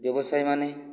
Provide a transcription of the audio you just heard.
ବ୍ୟବସାୟୀମାନେ